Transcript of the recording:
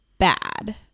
bad